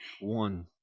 one